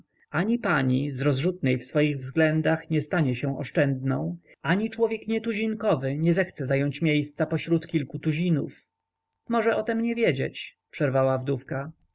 ani pani z rozrzutnej w swoich względach nie stanie się oszczędną ani człowiek nietuzinkowy nie zechce zająć miejsca pośród kilku tuzinów może o tem nie wiedzieć przerwała wdówka